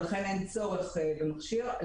ולכן לא היה צורך להשאיר מכשיר.